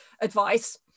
advice